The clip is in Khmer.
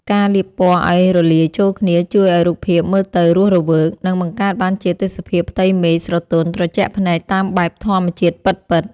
ការលាបពណ៌ឱ្យរលាយចូលគ្នាជួយឱ្យរូបភាពមើលទៅរស់រវើក និង បង្កើតបានជាទេសភាពផ្ទៃមេឃស្រទន់ត្រជាក់ភ្នែកតាមបែបធម្មជាតិពិតៗ។